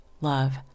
love